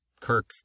Kirk